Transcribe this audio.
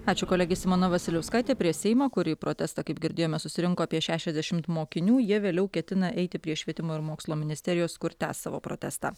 ačiū kolegė simona vasiliauskaitė prie seimo kur į protestą kaip girdėjome susirinko apie šešiasdešimt mokinių jie vėliau ketina eiti prie švietimo ir mokslo ministerijos kur tęs savo protestą